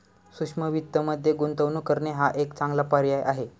सूक्ष्म वित्तमध्ये गुंतवणूक करणे हा एक चांगला पर्याय आहे